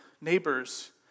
neighbors